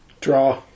draw